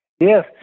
Yes